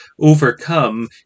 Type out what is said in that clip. overcome